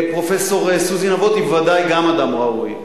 פרופסור סוזי נבות היא ודאי גם אדם ראוי.